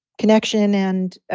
connection and